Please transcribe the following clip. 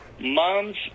Moms